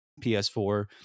ps4